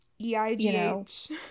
E-I-G-H